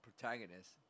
protagonist